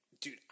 dude